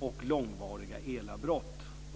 och långvariga elavbrott.